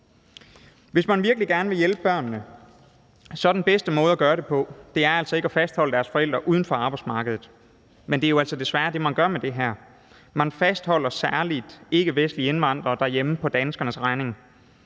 Hvis man virkelig gerne vil hjælpe børnene, er den bedste måde at gøre det på altså ikke at fastholde deres forældre uden for arbejdsmarkedet. Men det er jo altså desværre det, man gør med det her; man fastholder særlig ikkevestlige indvandrere derhjemme på danskernes regning.